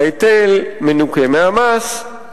ההיטל מנוכה מהמס,